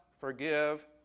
forgive